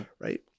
Right